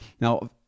Now